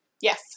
Yes